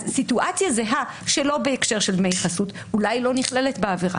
אז סיטואציה זהה שלא בהקשר של דמי חסות אולי לא נכללת בעבירה.